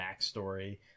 backstory